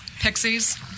Pixies